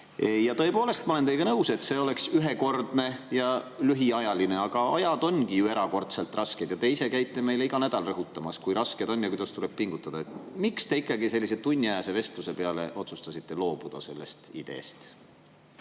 Tõepoolest, ma olen teiega nõus, et see oleks ühekordne ja lühiajaline [maks], aga ajad ongi ju erakordselt rasked. Te ise käite meile iga nädal rõhutamas, kui raske on ja et tuleb pingutada. Miks te ikkagi otsustasite tunniajase vestluse peale loobuda sellest ideest?